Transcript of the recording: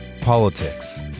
Politics